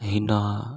हीना